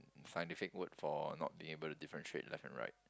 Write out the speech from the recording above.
scientific word for not be able to differentiate left and right